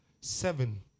Seven